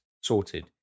sorted